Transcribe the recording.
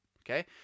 okay